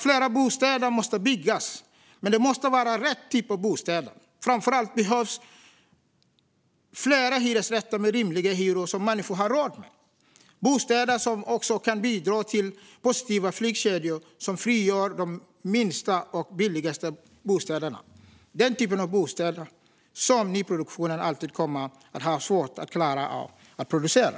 Fler bostäder måste byggas, men det måste vara rätt typ av bostäder. Framför allt behövs fler hyresrätter med rimliga hyror som människor har råd med. Det ska vara bostäder som också kan bidra till positiva flyttkedjor som frigör de minsta och billigaste bostäderna. Det är den typen av bostäder som nyproduktionen alltid kommer ha svårt att klara att producera.